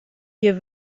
hier